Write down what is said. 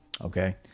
Okay